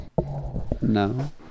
No